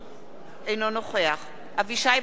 אינו נוכח אבישי ברוורמן,